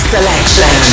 Selection